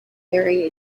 very